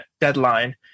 deadline